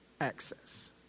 access